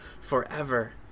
forever